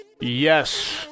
Yes